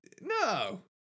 no